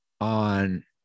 on